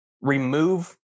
remove